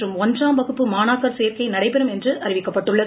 மற்றும் ஒன்றாம் வகுப்பு மாணாக்கர் சேர்க்கை நடைபெறும் என்று அறிவிக்கப்பட்டுள்ளது